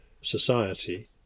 society